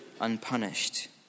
unpunished